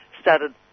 started